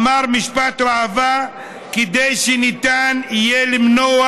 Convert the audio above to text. אמר שהיה משפט ראווה כדי שניתן יהיה למנוע